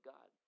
God